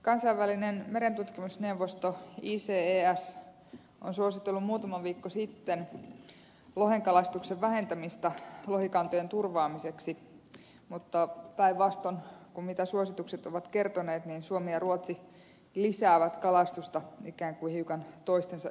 kansainvälinen merentutkimusneuvosto ices on suositellut muutama viikko sitten lohenkalastuksen vähentämistä lohikantojen turvaamiseksi mutta päinvastoin kuin suositukset ovat kertoneet suomi ja ruotsi lisäävät kalastusta ikään kuin hiukan toistensa yllyttäminä